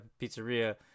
pizzeria